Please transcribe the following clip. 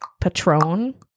Patron